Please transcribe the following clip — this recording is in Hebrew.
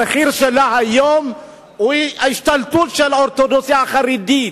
המחיר שלה היום הוא ההשתלטות של האורתודוקסיה החרדית.